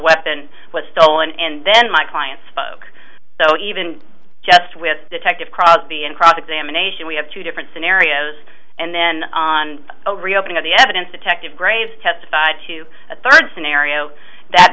weapon was stolen and then my client spoke so even just with detective crosby in cross examination we have two different scenarios and then on a reopening of the evidence detective graves testified to a third scenario that